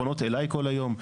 פונות אליי כל היום,